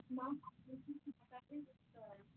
میٚم مےٚ چھِ بُک کَرٕنۍ رِٹٲرٕن